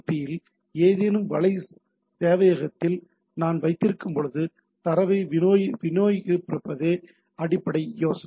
பியில் ஏதேனும் வலை சேவையகத்தில் நான் வைத்திருக்கும்போது தரவை விநியோகிப்பதே அடிப்படை யோசனை